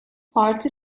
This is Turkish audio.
parti